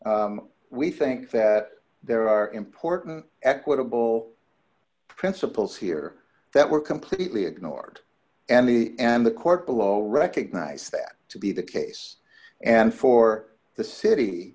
we think that there are important equitable principles here that were completely ignored and the and the court below recognize that to be the case and for the city